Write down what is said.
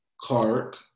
Clark